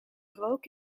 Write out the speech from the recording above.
rook